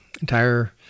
entire